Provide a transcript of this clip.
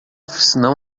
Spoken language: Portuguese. são